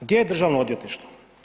Gdje je državno odvjetništvo?